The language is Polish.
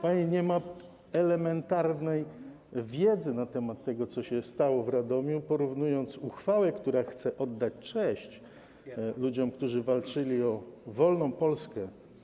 Pani nie ma elementarnej wiedzy na temat tego, co stało się w Radomiu, porównując uchwałę, która chce oddać cześć ludziom, którzy walczyli o wolną Polskę.